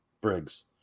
Briggs